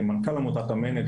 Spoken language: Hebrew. מנכ"ל עמותת אמ"ן,